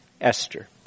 Esther